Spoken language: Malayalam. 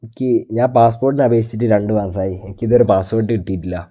എനിക്ക് ഞാൻ പാസ്പോർട്ടിന് അപേക്ഷിച്ചിട്ട് രണ്ടു മാസമായി എനിക്ക് ഇതുവരെ പാസ്പോർട്ട് കിട്ടിയിട്ടില്ല